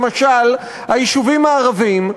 למשל היישובים הערביים,